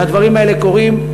והדברים האלה קורים,